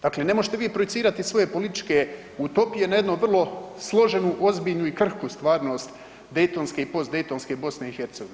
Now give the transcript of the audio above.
Dakle, ne možete vi projicirati svoje političke utopije na jednu vrlo složenu, ozbiljnu i krhku stvarnost daytonske i postdaytonske BiH.